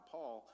Paul